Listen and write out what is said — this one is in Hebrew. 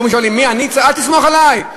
אל תסמוך עלי,